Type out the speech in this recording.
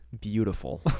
beautiful